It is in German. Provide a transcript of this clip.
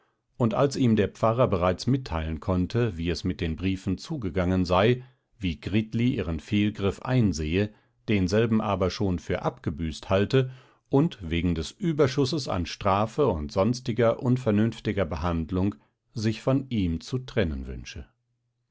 und als ihm der pfarrer bereits mitteilen konnte wie es mit den briefen zugegangen sei wie gritli ihren fehlgriff einsehe denselben aber schon für abgebüßt halte und wegen des überschusses an strafe und sonstiger unvernünftigen behandlung sich von ihm zu trennen wünsche